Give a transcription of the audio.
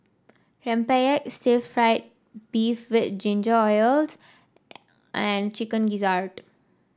rempeyek Stir Fried Beef with Ginger Onions and Chicken Gizzard